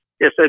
Yes